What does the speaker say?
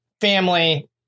Family